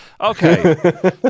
Okay